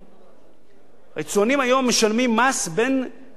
היצואנים היום משלמים מס בין 8% ל-12%.